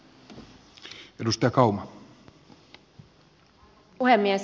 arvoisa puhemies